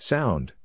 Sound